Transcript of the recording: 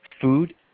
food